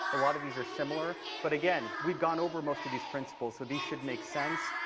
a lot of these are similar. but, again, we've gone over most of these principles, so these should make sense.